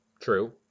True